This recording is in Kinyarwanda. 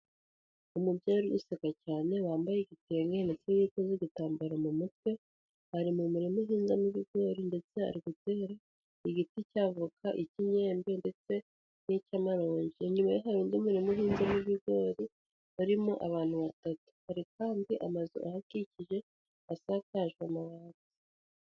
Umubyeyi uri guseka cyane wambaye igitenge ndetse yiteze igitambaro mu mutwe. Ari mu murima uhinzemo ibigori ndetse ari gutera igiti cya voka, ik'imyembe ndetse n'icy'amarongi. Inyuma ye hari undi murima uhinzemo ibigori harimo abantu batatu, hari kandi amazu ahakikije asakajwe amabati.